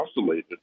oscillated